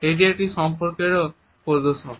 এটি একটি সম্পর্কেরও প্রদর্শন